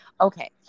okay